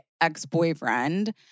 ex-boyfriend